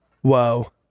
Whoa